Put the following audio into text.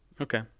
Okay